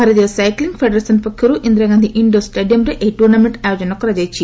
ଭାରତୀୟ cycling federation ପକ୍ଷରୁ Indira Gandhi indoor ଷ୍ଟାଡିୟମରେ ଏହି ଟୁର୍ଣ୍ଣାମେଣ୍ଟ ଆୟୋଜନ କରାଯାଇଛି